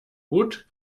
gut